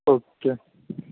okay